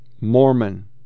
Mormon